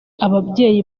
ababyeyi